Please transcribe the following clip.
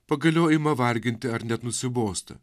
pagaliau ima varginti ar net nusibosta